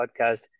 podcast